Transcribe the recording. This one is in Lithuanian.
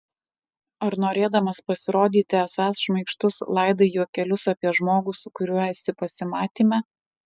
ar norėdamas pasirodyti esąs šmaikštus laidai juokelius apie žmogų su kuriuo esi pasimatyme